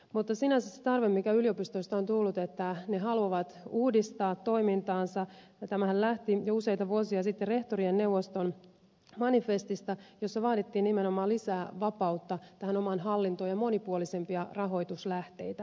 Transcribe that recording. mutta sinänsä se tarve mikä yliopistoista on tullut että ne haluavat uudistaa toimintaansa lähti jo useita vuosia sitten rehtorien neuvoston manifestista jossa vaadittiin nimenomaan lisää vapautta tähän omaan hallintoon ja monipuolisempia rahoituslähteitä